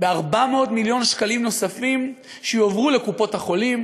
ב-400 מיליון שקלים נוספים שיועברו לקופות-החולים,